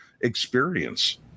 experience